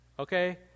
Okay